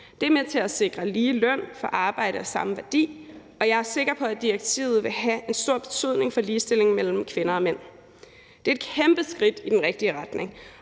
Det er med til at sikre lige løn for arbejde af samme værdi, og jeg er sikker på, at direktivet vil have en stor betydning for ligestillingen mellem kvinder og mænd. Det er et kæmpe skridt i den rigtige retning,